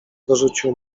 dorzucił